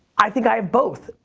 i think i have both.